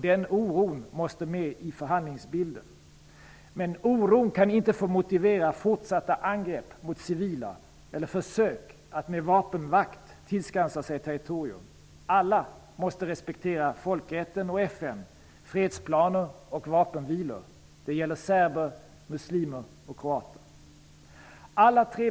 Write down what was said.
Den oron måste tas med i förhandlingsbilden. Men oron kan inte få motivera fortsatta angrepp mot civila eller försök att med vapenmakt tillskansa sig territorium. Alla måste respektera folkrätten, FN, fredsplaner och vapenvilor. Det gäller serber, muslimer och kroater.